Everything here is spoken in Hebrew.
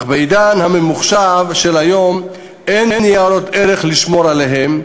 בעידן הממוחשב של היום אין ניירות ערך לשמור עליהם,